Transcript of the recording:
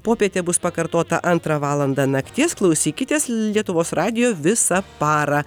popietė bus pakartota antrą valandą nakties klausykitės lietuvos radijo visą parą